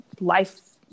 life